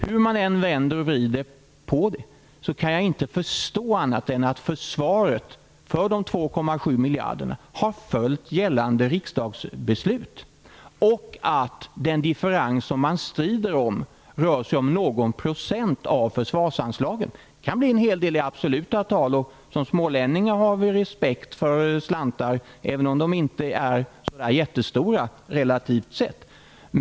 Hur man än vänder och vrider på saken kan jag inte förstå annat än att Försvaret har följt gällande riksdagsbeslut när det gäller de 2,7 miljarderna. Den differens som man strider om rör sig om någon procent av försvarsanslaget. Det kan i och för sig bli en hel del i absoluta tal. Som smålänning har jag respekt för slantar, även om de inte är så där jättestora relativt sett.